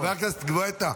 חבר הכנסת גואטה.